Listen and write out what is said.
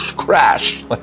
crash